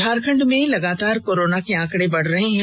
झारखंड में लगातार कोरोना के आंकड़े बढ़ रहे हैं